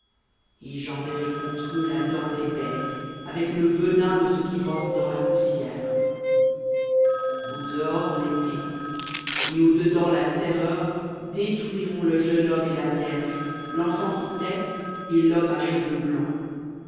et j'enverrai contre eux la dent des bêtes avec le venin de ce qui rampe dans la poussière au dehors l'épée et au dedans la terreur détruiront le jeune homme et la vierge l'enfant qui tète et l'homme à cheveux blancs